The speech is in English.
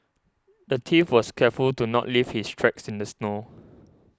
the thief was careful to not leave his tracks in the snow